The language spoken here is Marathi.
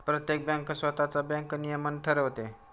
प्रत्येक बँक स्वतःच बँक नियमन ठरवते